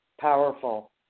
powerful